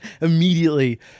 immediately